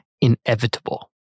Inevitable